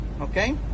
Okay